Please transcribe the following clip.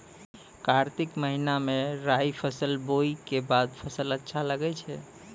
कार्तिक महीना मे राई फसल बोलऽ के बाद फसल अच्छा लगे छै